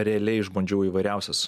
realiai išbandžiau įvairiausias